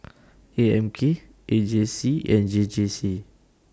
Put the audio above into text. A M K A J C and J J C